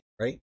right